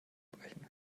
brechen